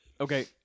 Okay